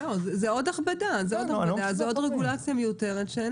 לא, זה עוד הכבדה, זה עוד רגולציה מיותרת.